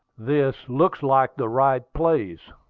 this looks like the right place,